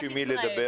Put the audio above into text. יש עם מי לדבר,